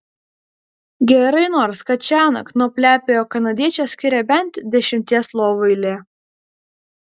gerai nors kad šiąnakt nuo plepiojo kanadiečio skiria bent dešimties lovų eilė